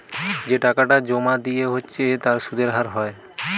যে টাকাটা জোমা দিয়া হচ্ছে তার সুধের হার হয়